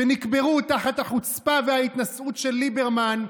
שנקברו תחת החוצפה וההתנשאות של ליברמן,